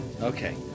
Okay